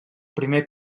primer